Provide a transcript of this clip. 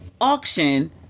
auction